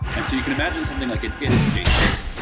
and so you can imagine something like an if statement.